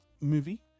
movie